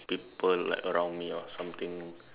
people like around me or something